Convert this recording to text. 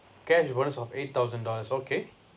cash bonus of eight thousand dollars okay